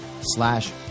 slash